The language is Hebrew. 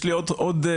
יש לי עוד היסטוריה.